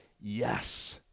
yes